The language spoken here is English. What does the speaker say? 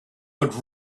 but